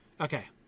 Okay